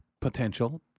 potential